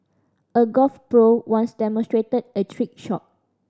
a golf pro once demonstrated a trick shot